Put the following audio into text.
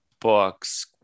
books